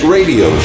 Radio